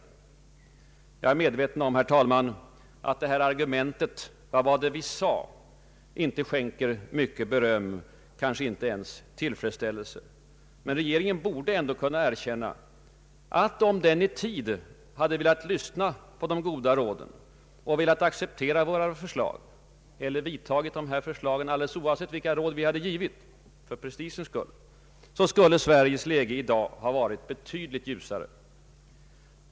Jag är medveten om, herr talman, att argumentet ”Vad var det vi sa?” inte skänker mycket beröm, kanske inte ens tillfredsställelse. Men regeringen borde kunna erkänna att om den i tid velat lyssna på de goda råden och velat acceptera våra förslag — eller vidtagit dessa åtgärder alldeles oavsett vilka råd vi givit — skulle Sveriges läge i dag ha varit betydligt ljusare.